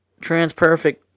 TransPerfect